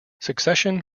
succession